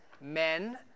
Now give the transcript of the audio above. Men